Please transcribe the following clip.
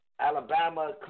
Alabama